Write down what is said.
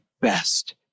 best